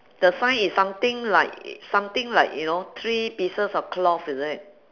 the sign is something like something like you know three pieces of cloth is it